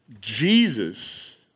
Jesus